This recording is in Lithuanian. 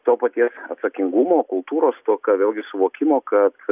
to paties atsakingumo kultūros stoka vėlgi suvokimo kad